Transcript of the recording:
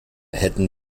hätten